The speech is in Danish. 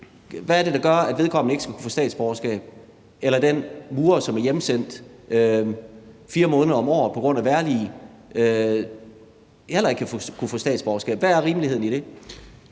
der arbejder 28 timer på deltid, ikke skal kunne få statsborgerskab, eller at den murer, der er hjemsendt 4 måneder om året på grund af vejrliget, heller ikke skal kunne få statsborgerskab? Hvad er rimeligheden i det?